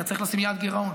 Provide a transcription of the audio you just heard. אתה צריך לשים יעד גירעון,